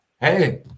hey